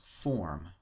form